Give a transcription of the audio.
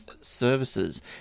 services